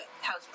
House